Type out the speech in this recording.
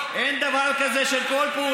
24/7. אין דבר כזה בעולם.